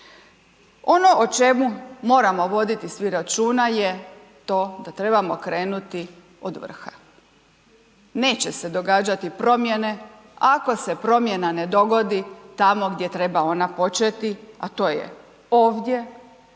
Ono o čemu moramo voditi svi računa je to da trebamo krenuti od vrha, neće se događati promjene ako se promjena dogodi tamo gdje treba ona početi, a to je ovdje,